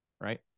right